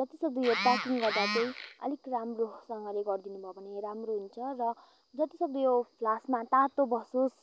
जतिसक्दो यो प्याकिङ गर्दा चाहिँ अलिक राम्रोसँगले गरिदिनुभयो भने राम्रो हुन्छ र जतिसक्दो यो फ्लास्कमा तातो बसोस्